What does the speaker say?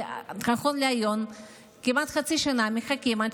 כי נכון להיום כמעט חצי שנה מחכים עד